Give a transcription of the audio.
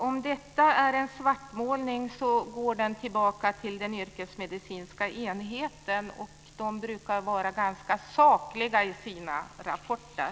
Om detta är en svartmålning, så går den tillbaka till den yrkesmedicinska enheten, och de brukar vara ganska sakliga i sina rapporter.